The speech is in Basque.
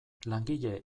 langile